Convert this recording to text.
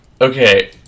Okay